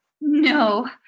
No